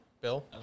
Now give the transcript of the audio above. Bill